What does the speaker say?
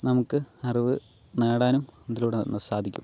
നമുക്ക് അറിവ് നേടാനും ഇതിലൂടെ സാധിക്കും